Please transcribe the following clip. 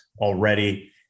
already